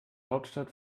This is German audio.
hauptstadt